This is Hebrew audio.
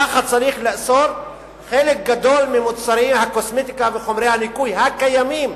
כך צריך לאסור חלק גדול ממוצרי הקוסמטיקה וחומרי הניקוי הקיימים,